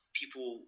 people